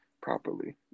properly